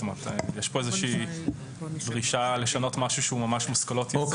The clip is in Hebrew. יש כאן איזושהי דרישה לשנות משהו שהוא ממש מושכלות יסוד.